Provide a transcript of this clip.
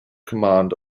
command